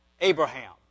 Abraham